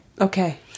Okay